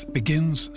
begins